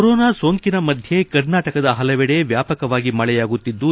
corona ಸೋಂಕಿನ ಮಧ್ಯೆ ಕರ್ನಾಟಕದ ಹಲವೆಡೆ ವ್ಯಾಪಕವಾಗಿ ಮಳೆಯಾಗುತ್ತಿದ್ದು